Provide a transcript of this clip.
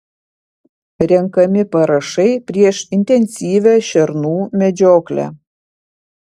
renkami parašai prieš intensyvią šernų medžioklę